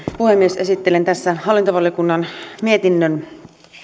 puhemies esittelen tässä hallintovaliokunnan mietinnön